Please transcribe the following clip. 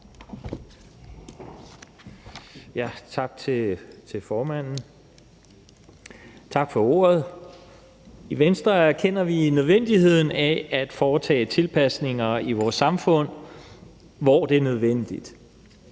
Tak til formanden for ordet. I Venstre erkender vi nødvendigheden af at foretage tilpasninger i vores samfund, hvor det er nødvendigt.